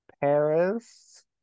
Paris